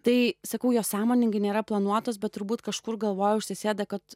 tai sakau jos sąmoningai nėra planuotos bet turbūt kažkur galvoj užsisėda kad